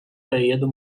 periodo